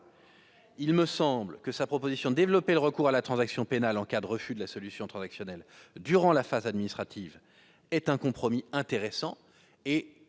de Mme Goulet, qui consiste à développer le recours à la transaction pénale en cas de refus de la solution transactionnelle durant la phase administrative, constitue un compromis intéressant, et